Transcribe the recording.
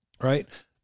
Right